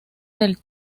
del